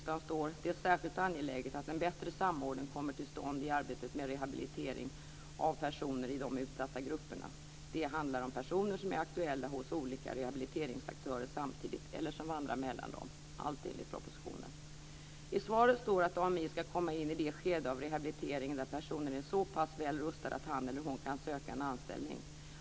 "Det är särskilt angeläget att en bättre samordning kommer till stånd i arbetet med rehabilitering av personer i de utsatta grupperna. Det handlar om personer som är aktuella hos olika rehabiliteringsaktörer samtidigt eller som vandrar mellan dem." I svaret står att AMI ska komma in i det skede av rehabiliteringen då personer är så pass väl rustade att han eller hon kan söka en anställning.